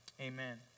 Amen